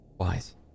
Wise